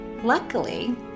Luckily